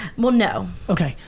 well no. okay.